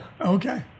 Okay